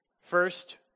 first